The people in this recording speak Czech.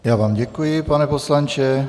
Já vám děkuji, pane poslanče.